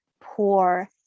poor